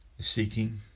seeking